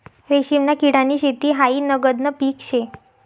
रेशीमना किडानी शेती हायी नगदनं पीक शे